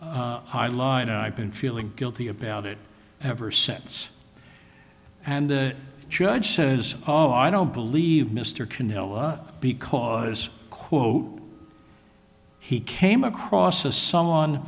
high line i've been feeling guilty about it ever since and the judge says oh i don't believe mr canela because quote he came across as someone